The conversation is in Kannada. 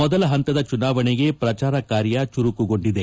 ಮೊದಲ ಪಂತದ ಚುನಾವಣೆಗೆ ಪ್ರಚಾರ ಕಾರ್ಯ ಚುರುಕುಗೊಂಡಿದೆ